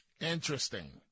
Interesting